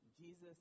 Jesus